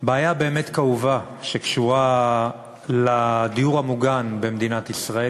בעיה באמת כאובה שקשורה לדיור המוגן במדינת ישראל.